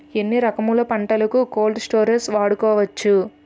ఎన్ని రకములు పంటలకు కోల్డ్ స్టోరేజ్ వాడుకోవచ్చు?